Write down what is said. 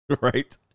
right